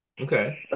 Okay